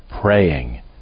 praying